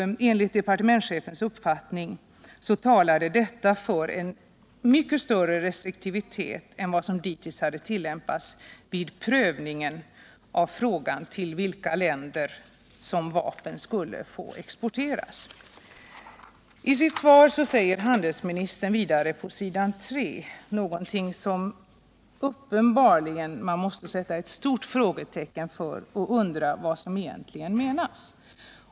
Enligt departementschefens uppfattning talade detta för en mycket större restriktivitet än vad som dittills hade tillämpats vid prövningen av frågan till vilka länder som vapen skall få exporteras. I sitt svar säger handelsministern vidare något som man uppenbarligen måste sätta ett stort frågetecken för, och jag undrar vad som där egentligen menas.